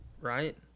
right